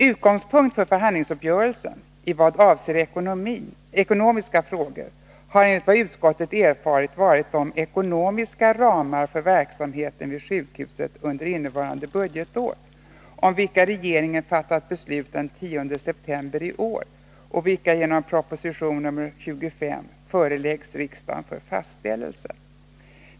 ”Utgångspunkt för förhandlingsuppgörelsen i vad avser ekonomiska frågor har enligt vad utskottet erfarit varit de ekonomiska ramar för verksamheten vid sjukhuset under innevarande år, om vilka regeringen fattat beslut den 10 september i år och vilka genom prop. 1981/82:25 föreläggs riksdagen för fastställande.